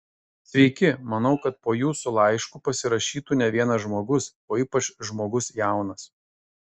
sveiki manau kad po jūsų laišku pasirašytų ne vienas žmogus o ypač žmogus jaunas